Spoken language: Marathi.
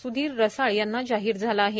सुधीर रसाळ यांना जाहीर झाला आहे